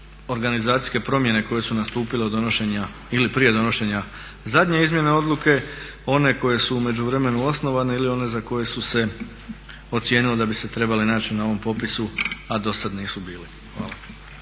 organizacijske promjene koje su nastupile od donošenja ili prije donošenja. Zadnje izmjene odluke, one koje su u međuvremenu osnovane ili one za koje se ocijenilo da bi se trebale naći na ovom popisu, a dosad nisu bili. Hvala.